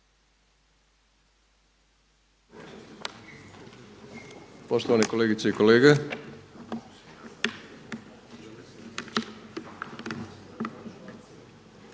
Hvala.